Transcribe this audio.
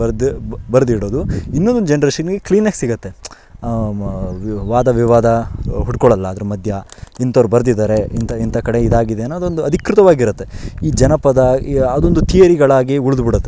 ಬರ್ದು ಬ ಬರೆದಿಡೋದು ಇನ್ನೊಂದು ಜನ್ರೇಷನಿಗೆ ಕ್ಲೀನಾಗಿ ಸಿಗುತ್ತೆ ವಾದ ವಿವಾದ ಹು ಹುಡ್ಕೊಳ್ಳೋಲ್ಲ ಅದ್ರ ಮಧ್ಯ ಇಂಥವ್ರು ಬರ್ದಿದ್ದಾರೆ ಇಂಥ ಇಂಥ ಕಡೆ ಇದಾಗಿದೆ ಅನ್ನೋದೊಂದು ಅಧಿಕೃತವಾಗಿರುತ್ತೆ ಈ ಜನಪದ ಇ ಅದೊಂದು ಥಿಯರಿಗಳಾಗಿ ಉಳಿದ್ಬಿಡುತ್ತೆ